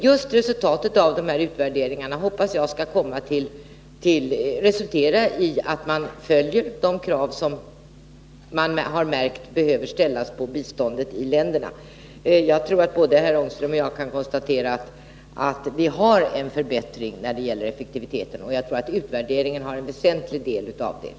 Jag hoppas att dessa utvärderingar skall resultera i att man följer de krav som enligt vad man har märkt behöver ställas på biståndet i länderna. Jag tror att både herr Ångström och jag kan konstatera en förbättring när det gäller 7n effektiviteten, och jag tror att det till väsentlig del beror på utvärderingen.